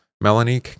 Melanie